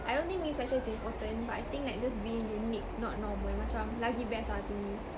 I don't think being special is important but I think like just being unique not normal macam lagi best ah to me